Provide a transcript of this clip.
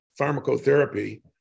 pharmacotherapy